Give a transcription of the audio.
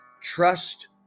Trust